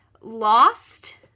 Lost